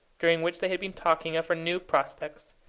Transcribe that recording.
during which they had been talking of her new prospects,